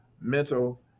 mental